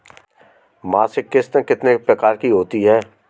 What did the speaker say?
मासिक किश्त कितने प्रकार की होती है?